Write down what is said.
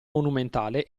monumentale